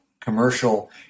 commercial